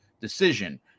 decision